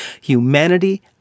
humanity